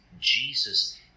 Jesus